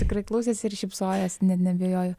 tikrai klausėsi ir šypsojosi net neabejoju